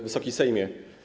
Wysoki Sejmie!